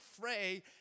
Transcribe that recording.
fray